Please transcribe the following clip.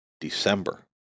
December